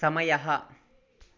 समयः